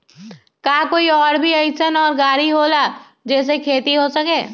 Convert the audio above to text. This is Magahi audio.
का कोई और भी अइसन और गाड़ी होला जे से खेती हो सके?